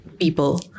people